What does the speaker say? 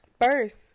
first